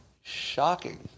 shocking